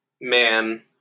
man